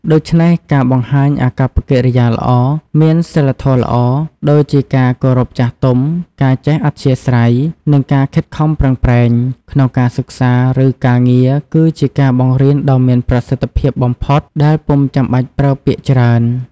ដូច្នេះ ការបង្ហាញអាកប្បកិរិយាល្អ មានសីលធម៌ល្អ ដូចជាការគោរពចាស់ទុំ ការចេះអធ្យាស្រ័យ និងការខិតខំប្រឹងប្រែង ក្នុងការសិក្សា ឬការងារ គឺជាការបង្រៀនដ៏មានប្រសិទ្ធភាពបំផុតដែលពុំចាំបាច់ប្រើពាក្យច្រើន។